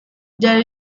there